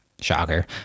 Shocker